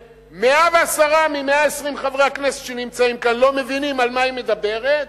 ש-110 מ-120 חברי הכנסת שנמצאים כאן לא מבינים על מה היא מדברת,